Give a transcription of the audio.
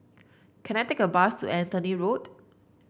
can I take a bus to Anthony Road